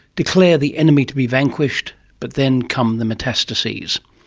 declare the enemy to be vanquished, but then come the metastases.